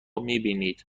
میبینید